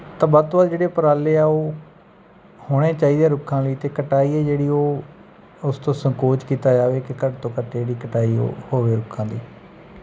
ਤਾਂ ਵੱਧ ਤੋਂ ਵੱਧ ਜਿਹੜੇ ਉਪਰਾਲੇ ਆ ਉਹ ਹੋਣੇ ਚਾਹੀਦੇ ਰੁੱਖਾਂ ਲਈ ਅਤੇ ਕਟਾਈ ਹੈ ਜਿਹੜੀ ਉਹ ਉਸ ਤੋਂ ਸੰਕੋਚ ਕੀਤਾ ਜਾਵੇ ਕਿ ਘੱਟ ਤੋਂ ਘੱਟ ਜਿਹੜੀ ਕਟਾਈ ਉਹ ਹੋਵੇ ਰੁੱਖਾਂ ਦੀ